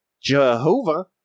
Jehovah